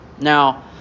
Now